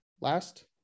Last